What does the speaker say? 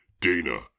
Dana